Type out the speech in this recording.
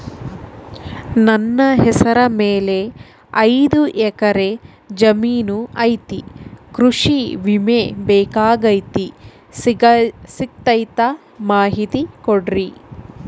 ನನ್ನ ಹೆಸರ ಮ್ಯಾಲೆ ಐದು ಎಕರೆ ಜಮೇನು ಐತಿ ಕೃಷಿ ವಿಮೆ ಬೇಕಾಗೈತಿ ಸಿಗ್ತೈತಾ ಮಾಹಿತಿ ಕೊಡ್ರಿ?